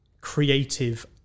creative